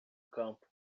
campo